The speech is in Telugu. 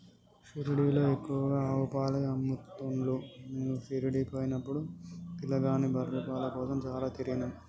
షిరిడీలో ఎక్కువగా ఆవు పాలే అమ్ముతున్లు మీము షిరిడీ పోయినపుడు పిలగాని బర్రె పాల కోసం చాల తిరిగినం